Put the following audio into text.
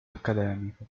accademico